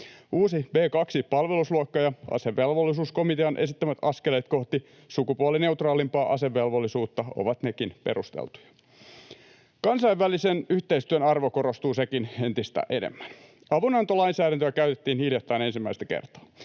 Uusi B2-palvelusluokka ja asevelvollisuuskomitean esittämät askeleet kohti sukupuolineutraalimpaa asevelvollisuutta ovat nekin perusteltuja. Kansainvälisen yhteistyön arvo korostuu sekin entistä enemmän. Avunantolainsäädäntöä käytettiin hiljattain ensimmäistä kertaa.